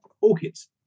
orchids